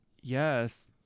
yes